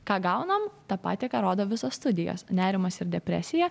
ką gaunam tą patį ką rodo visos studijos nerimas ir depresija